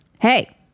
Hey